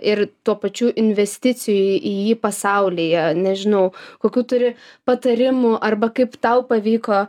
ir tuo pačiu investicijų į jį pasaulyje nežinau kokių turi patarimų arba kaip tau pavyko